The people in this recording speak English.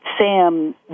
Sam